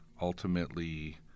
ultimately